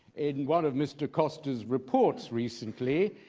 in one of mr. costa's reports, recently,